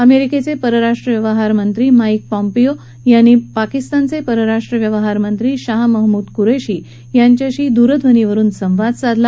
अमेरिकेचे परराष्ट्र व्यवहार मंत्री माकि पॉम्पिओ यांनी पाकिस्तानचे परराष्ट्र व्यवहार मंत्री शाह महमूद कुरेशी यांच्याशी दूरध्वनीवरुन संवाद साधला